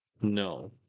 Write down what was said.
No